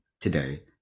today